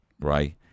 right